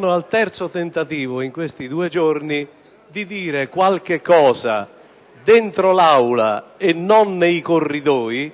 mio terzo tentativo, in questi due giorni, per dire qualcosa all'interno dell'Aula, e non nei corridoi,